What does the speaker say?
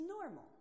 normal